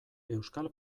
euskal